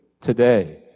today